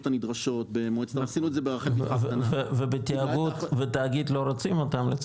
הנדרשות במועצת -- ובתאגיד לא רוצים אותם.